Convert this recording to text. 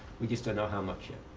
we just don't know how much yet.